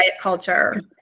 culture